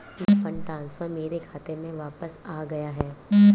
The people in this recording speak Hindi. मेरा फंड ट्रांसफर मेरे खाते में वापस आ गया है